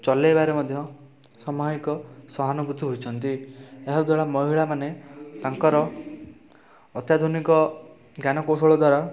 ଚଲେଇବାରେ ମଧ୍ୟ ସମାହିକ ସହାନୁଭୂତି ହୋଇଛନ୍ତି ଏହାଦ୍ୱାରା ମହିଳାମାନେ ତାଙ୍କର ଅତ୍ୟାଧୁନିକ ଜ୍ଞାନକୌଶଳ ଦ୍ୱାରା